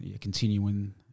continuing